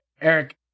Eric